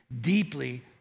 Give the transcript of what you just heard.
deeply